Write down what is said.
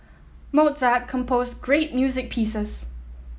Mozart composed great music pieces